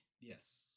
Yes